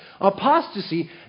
apostasy